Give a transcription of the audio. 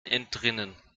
entrinnen